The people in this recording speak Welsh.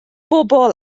bobl